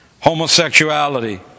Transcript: homosexuality